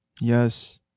Yes